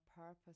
purpose